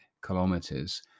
kilometers